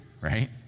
right